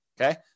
Okay